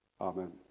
Amen